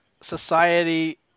society